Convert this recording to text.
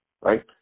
right